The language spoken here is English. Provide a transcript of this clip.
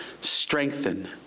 strengthen